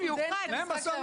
זה מה שחשוב.